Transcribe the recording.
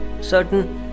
certain